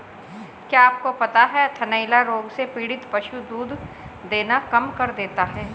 क्या आपको पता है थनैला रोग से पीड़ित पशु दूध देना कम कर देता है?